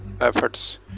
efforts